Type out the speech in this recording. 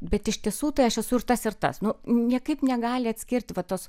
bet iš tiesų tai aš esu ir tas ir tas nu niekaip negali atskirti va tos